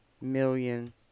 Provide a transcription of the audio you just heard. million